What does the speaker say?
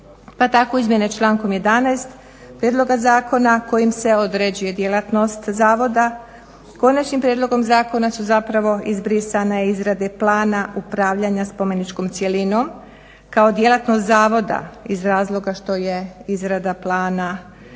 pa tako izmjene člankom 11. prijedloga zakona kojim se određuje djelatnost zavoda konačnim prijedlogom zakona su zapravo izbrisane izrade plana upravljanja spomeničkom cjelinom kao djelatnost zavoda iz razloga što je izrada plana